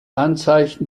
anzeichen